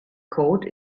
code